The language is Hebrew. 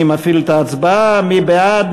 אני מפעיל את ההצבעה, מי בעד?